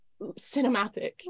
cinematic